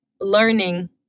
learning